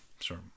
Sure